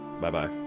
Bye-bye